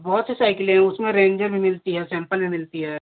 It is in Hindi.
बहुत सी साइकिलें उसमें रेंजर भी मिलती है सैम्पल में मिलती है